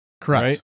Correct